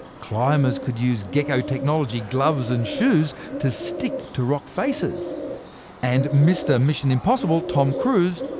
climbers could use gecko-technology gloves and shoes to stick to rock faces and mr. mission impossible, tom cruise,